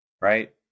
Right